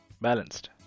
balanced